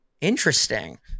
interesting